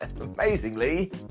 amazingly